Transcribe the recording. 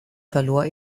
verlor